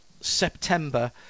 September